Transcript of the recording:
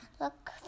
look